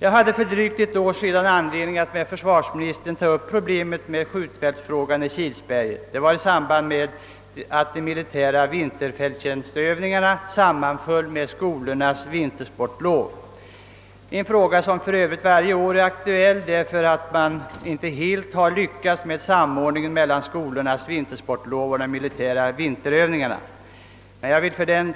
Jag hade för drygt ett år sedan anledning att med försvarsministern ta upp problemet beträffande skjutfältet i Kilsbergen, nämligen i samband med att de militära vinterfälttjänstövningarna sammanföll med skolornas vintersportlov — en fråga som för övrigt varje år är aktuell eftersom man inte helt lyckats genomföra en samordning mellan skolornas vintersportlov och de militära vinterövningarna. Jag vill